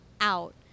out